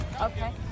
Okay